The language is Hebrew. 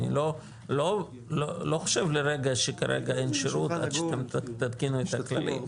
אני לא חושב לרגע שכרגע אין שירות עד שתתקינו את הכללים.